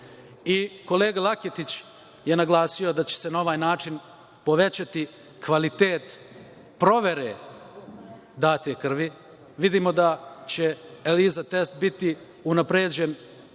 kolega Laketić je naglasio da će se na ovaj način povećati kvalitet provere date krvi. Vidimo da će ELISA test biti unapređen